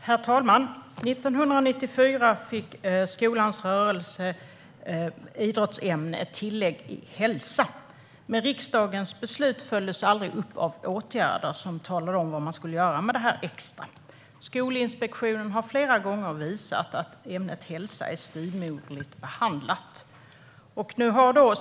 Herr talman! År 1994 lades hälsa till i skolans idrottsämne. Riksdagens beslut följdes dock aldrig upp av åtgärder som talade om vad man skulle göra med detta extra. Skolinspektionen har flera gånger visat att ämnet hälsa är styvmoderligt behandlat.